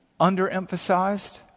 underemphasized